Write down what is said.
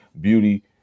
beauty